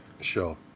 Sure